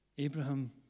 Abraham